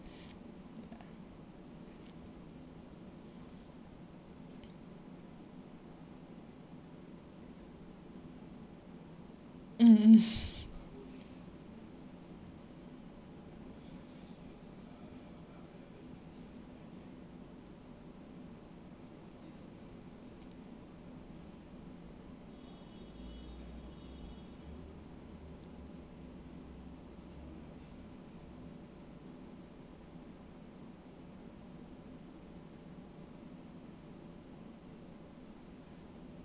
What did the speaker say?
ya mm mm